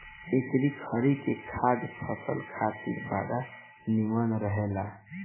एकरी खरी के खाद फसल खातिर बड़ा निमन रहेला